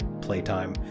playtime